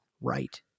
right